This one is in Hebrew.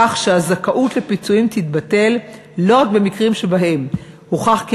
כך שהזכאות לפיצויים תתבטל לא רק במקרים שבהם הוכח כי